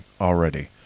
already